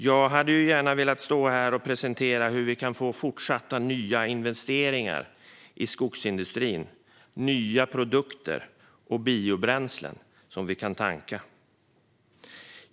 Jag hade gärna velat stå här och presentera hur vi kan få fortsatta nya investeringar i skogsindustrin och nya produkter och biobränslen som vi kan tanka.